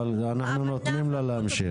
אבל אנחנו נותנים לה להמשיך.